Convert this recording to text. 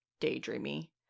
daydreamy